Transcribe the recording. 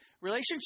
Relationships